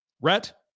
Rhett